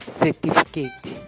certificate